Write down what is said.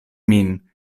min